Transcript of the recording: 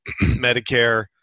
Medicare